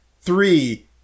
three